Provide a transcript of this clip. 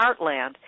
heartland